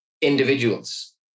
individuals